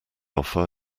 offer